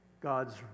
God's